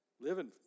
living